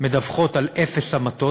מדווחות על אפס המתות,